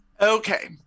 Okay